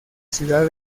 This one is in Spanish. ciudad